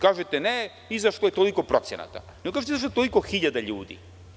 Kažete – izašlo je toliko procenata, ne kažete – izašlo je toliko hiljada ljudi.